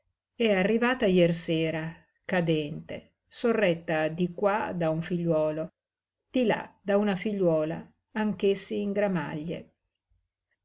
è arrivata jersera cadente sorretta di qua da un figliuolo di là da una figliuola anch'essi in gramaglie